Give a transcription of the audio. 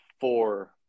four